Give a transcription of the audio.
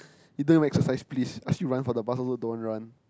you don't even exercise please ask you run for the bus also don't want run